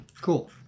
Cool